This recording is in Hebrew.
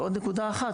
ועוד נקודה אחת,